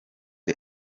the